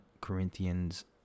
Corinthians